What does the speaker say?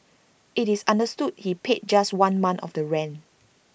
it's understood he paid just one month of the rent